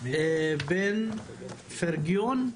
בן פרג'ון,